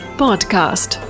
podcast